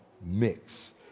mix